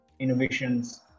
innovations